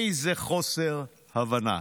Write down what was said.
איזה חוסר הבנה.